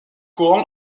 courant